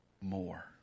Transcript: more